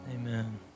Amen